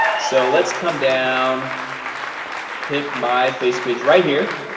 so let's come down pick my face page right here